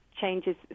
changes